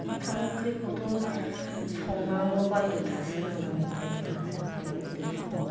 ओंखाम ओंख्रिखौथ' संनांगौ बायद'था सोलोंनांगौ बायद'था जाखायो उन्दै समाव